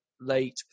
late